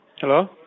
Hello